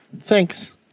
thanks